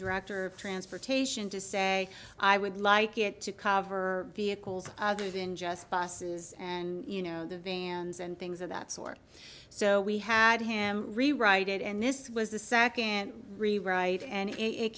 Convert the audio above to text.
director of transportation to say i would like it to cover vehicles other than just buses and you know the vans and things of that sort so we had him rewrite it and this was the second rewrite and it